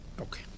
Okay